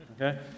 Okay